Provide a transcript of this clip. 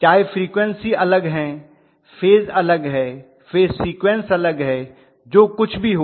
चाहे फ्रीक्वन्सी अलग है फेज अलग है फेज सीक्वेंस अलग है जो कुछ भी हो